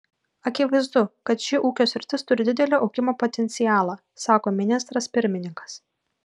akivaizdu kad ši ūkio sritis turi didelį augimo potencialą sako ministras pirmininkas